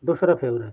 দোসরা ফেব্রুয়ারি